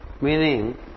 Meaning